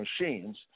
machines